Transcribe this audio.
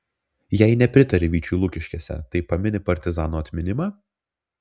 jei nepritari vyčiui lukiškėse tai pamini partizanų atminimą